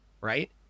Right